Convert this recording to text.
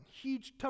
huge